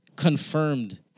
confirmed